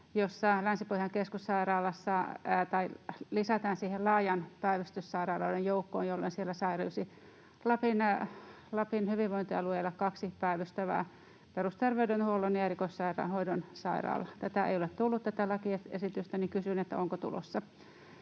jossa Länsi-Pohjan keskussairaala lisätään siihen laajaan päivystyssairaaloiden joukkoon, jolloin säilyisi Lapin hyvinvointialueella kaksi päivystävää perusterveydenhuollon ja erikoissairaanhoidon sairaalaa. Tätä lakiesitystä ei ole tullut. Kysyn: onko tulossa?